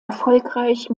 erfolgreich